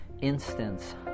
instance